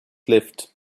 lift